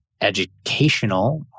educational